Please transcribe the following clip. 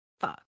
Fuck